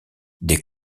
des